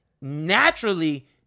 naturally